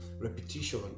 repetition